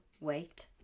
wait